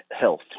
health